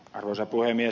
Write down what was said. arvoisa puhemies